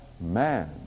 man